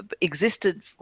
existed